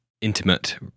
intimate